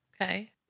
Okay